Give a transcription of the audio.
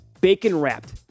Bacon-wrapped